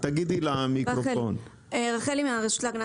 מה הממוצעים של